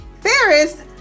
Ferris